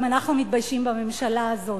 גם אנחנו מתביישים בממשלה הזאת.